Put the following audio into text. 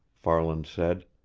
farland said.